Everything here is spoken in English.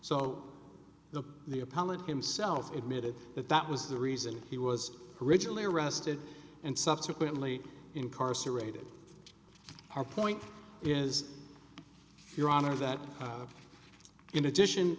appellate himself admitted that that was the reason he was originally arrested and subsequently incarcerated our point is your honor that in addition